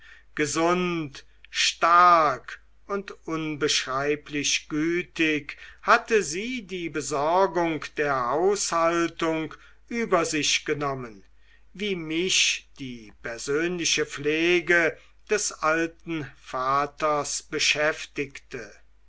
gesund stark und unbeschreiblich gütig hatte sie die besorgung der haushaltung über sich genommen wie mich die persönliche pflege des alten vaters beschäftigte